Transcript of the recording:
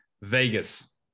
Vegas